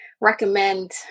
recommend